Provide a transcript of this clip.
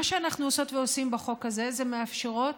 מה שאנחנו עושות ועושים בחוק הזה זה מאפשרות,